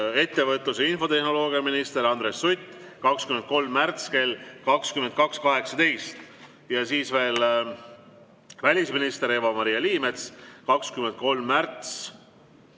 Ettevõtlus‑ ja infotehnoloogiaminister Andres Sutt, 23. märts kell 22.18. Ja siis veel välisminister Eva-Maria Liimets, 23. märts